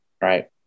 Right